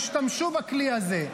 השתמשו בכלי הזה.